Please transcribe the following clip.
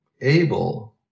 able